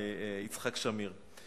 יצחק שמיר.